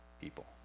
people